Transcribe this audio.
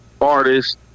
artists